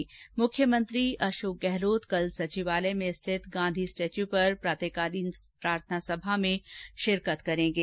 कल मुख्यमंत्री अशोक गहलोत सचिवालय में स्थित गांधी स्टेच्यू पर प्रातःकालीन प्रार्थना सभा में शिरकत करेंगे